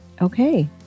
Okay